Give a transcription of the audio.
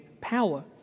power